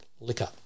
liquor